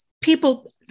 people